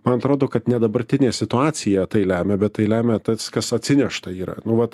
man atrodo kad ne dabartinė situacija tai lemia bet tai lemia tas kas atsinešta yra nu vat